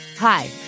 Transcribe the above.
Hi